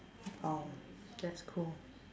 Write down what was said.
oh that's cool